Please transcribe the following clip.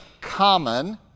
common